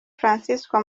francisco